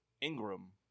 Ingram